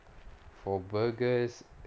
for burgers